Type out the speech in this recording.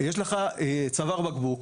יש לך צוואר בקבוק.